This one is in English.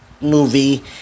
movie